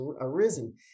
arisen